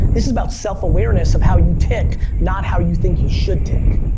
this is about self-awareness of how you tick, not how you think you should tick.